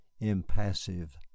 impassive